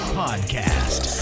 podcast